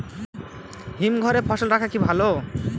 হিমঘরে ফসল রাখা কি ভালো?